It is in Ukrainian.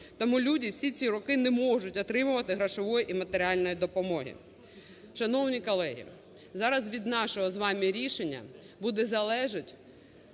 Тому люди, всі ці роки, не можуть отримувати грошової і матеріальної допомоги. Шановні колеги, зараз від нашого з вами рішення буде залежати,